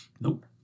Nope